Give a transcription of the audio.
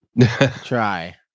try